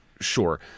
sure